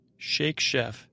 Shakechef